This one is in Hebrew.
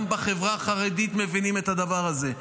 גם בחברה החרדית מבינים את הדבר הזה.